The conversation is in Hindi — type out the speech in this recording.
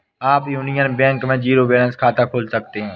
आप यूनियन बैंक में जीरो बैलेंस खाता खोल सकते हैं